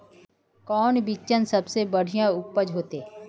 कौन बिचन सबसे बढ़िया उपज होते?